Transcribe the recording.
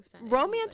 romance